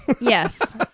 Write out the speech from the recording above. Yes